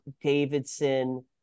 Davidson